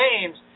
games